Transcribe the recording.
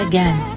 Again